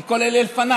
כי כל אלה לפניו.